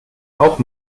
auch